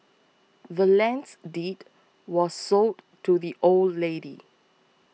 the land's deed was sold to the old lady